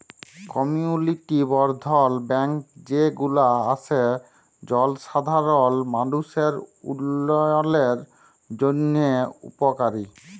community বর্ধল bank যে গুলা আসে জলসাধারল মালুষের উল্যয়নের জন্হে উপকারী